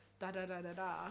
Da-da-da-da-da